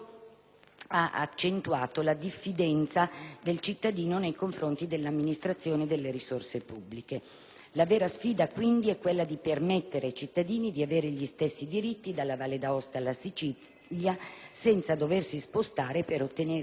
ha accentuato la diffidenza del cittadino nei confronti dell'amministrazione delle risorse pubbliche. La vera sfida, quindi, è quella di permettere ai cittadini di avere gli stessi diritti dalla Valle d'Aosta alla Sicilia, senza doversi spostare per ottenere,